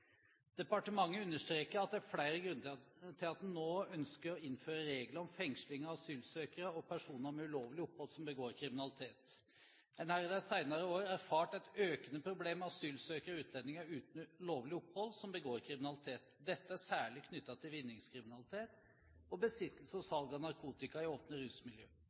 Departementet understreker at det er flere grunner til at en nå ønsker å innføre regler om fengsling av asylsøkere og personer med ulovlig opphold som begår kriminalitet. Man har i de senere år erfart et økende problem med asylsøkere og utlendinger uten lovlig opphold som begår kriminalitet. Dette er særlig knyttet til vinningskriminalitet og besittelse og salg av narkotika i åpne